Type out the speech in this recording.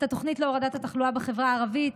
את התוכנית להורדת התחלואה בחברה הערבית,